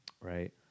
right